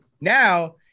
now